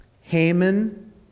Haman